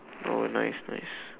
oh nice nice